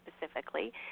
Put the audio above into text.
specifically